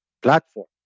platform